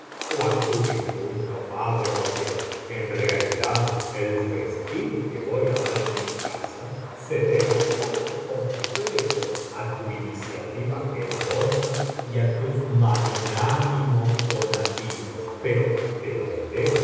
ó á tu difunto padre porque en realidad el festín que voy á dar en mi casa se debe por completo á tu iniciativa generosa y á tus magnáni biblioteca valenciana generalitat valenciana las mil noches y una noche mos donativos pero te lo diré